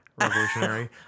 revolutionary